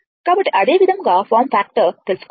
కాబట్టి అదేవిధంగా form factor తెలుసుకోవచ్చు